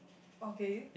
okay